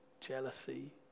jealousy